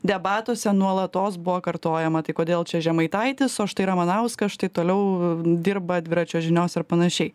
debatuose nuolatos buvo kartojama tai kodėl čia žemaitaitis o štai ramanauskas štai toliau dirba dviračio žiniose ir panašiai